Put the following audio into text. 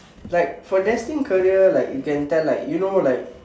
like for destined career like you can tell like you know like